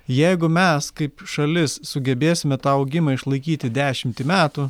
jeigu mes kaip šalis sugebėsime tą augimą išlaikyti dešimtį metų